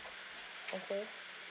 okay